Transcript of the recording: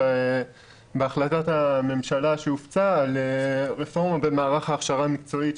בהחלטת הממשלה שהופצה על רפורמה במערך ההכשרה המקצועית,